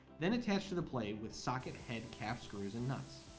then attach to the plate with socket head cap screws and nuts.